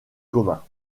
communs